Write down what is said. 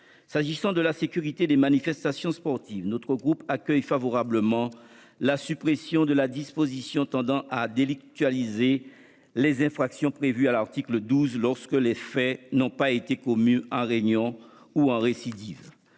qui concerne la sécurité des manifestations sportives, le groupe RDPI accueille favorablement la suppression de la disposition tendant à délictualiser les infractions prévues à l'article 12 lorsque les faits n'ont pas été commis en réunion ou en récidive.